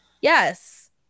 yes